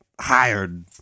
hired